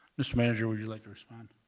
mr. manager, would you like to respond?